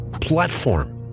platform